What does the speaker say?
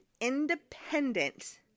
independent